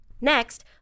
Next